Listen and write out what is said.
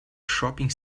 shopping